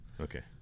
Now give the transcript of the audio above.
Okay